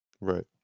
Right